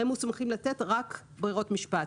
הם מוסמכים לתת רק ברירות משפט.